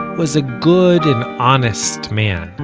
was a good and honest man